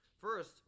first